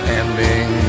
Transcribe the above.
ending